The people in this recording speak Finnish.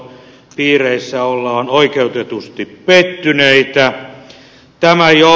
yliopistopiireissä ollaan oikeutetusti pettyneitä